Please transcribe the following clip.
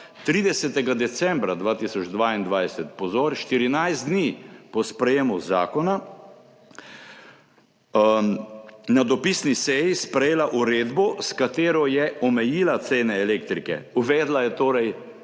30. decembra 2022, pozor, 14 dni po sprejetju zakona, na dopisni seji sprejela uredbo, s katero je omejila cene elektrike. Uvedla je torej